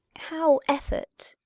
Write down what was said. how, effort?